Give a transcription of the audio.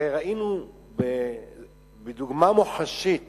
הרי ראינו בדוגמה מוחשית